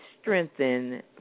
strengthen